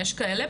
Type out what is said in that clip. יש כאלה,